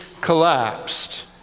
collapsed